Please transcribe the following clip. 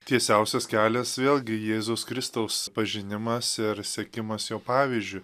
tiesiausias kelias vėlgi jėzus kristaus pažinimas ir sekimas jo pavyzdžiu